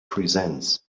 presence